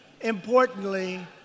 importantly